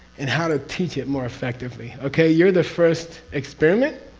and how to teach it more effectively. okay? you're the first experiment,